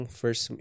first